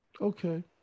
okay